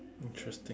interesting